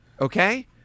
Okay